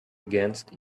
against